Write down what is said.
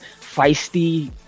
Feisty